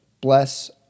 bless